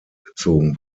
gezogen